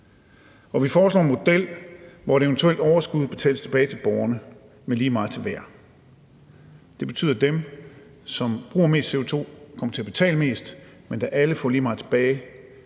vi foreslår en model, hvor et eventuelt overskud betales tilbage til borgerne med lige meget til hver. Det betyder, at dem, som bruger mest CO2, kommer til at betale mest, men da alle får lige meget tilbage,